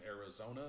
Arizona